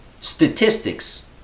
statistics